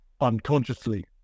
unconsciously